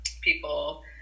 people